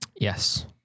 Yes